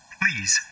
please